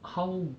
how